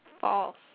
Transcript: False